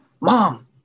mom